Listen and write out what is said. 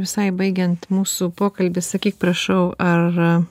visai baigiant mūsų pokalbį sakyk prašau ar